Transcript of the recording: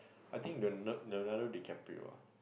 I think Leo~ Leo~ Leonardo-DiCaprio ah